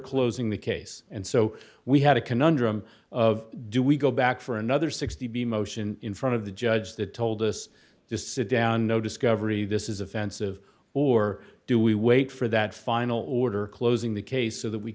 closing the case and so we had a conundrum of do we go back for another sixty b motion in front of the judge that told us just sit down no discovery this is offensive or do we wait for that final order closing the case of that we